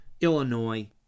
Illinois